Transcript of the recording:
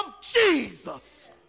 Jesus